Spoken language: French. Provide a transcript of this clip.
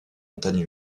montagnes